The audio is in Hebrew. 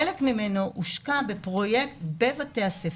חלק ממנו הושקע בפרויקט בבתי הספר,